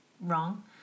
wrong